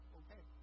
okay